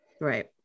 right